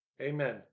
Amen